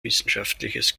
wissenschaftliches